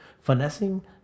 finessing